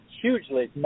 Hugely